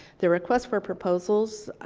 the request for proposals,